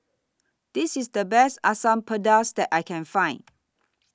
This IS The Best Asam Pedas that I Can Find